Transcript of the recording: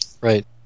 Right